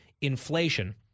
inflation